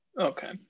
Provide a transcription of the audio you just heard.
Okay